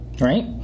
Right